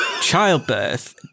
childbirth